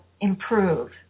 improve